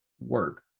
work